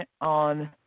on